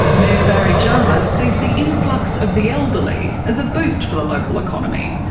mayor barry jarvis sees the influx of the elderly as a boost for the local economy.